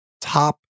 top